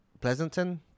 pleasanton